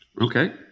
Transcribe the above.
Okay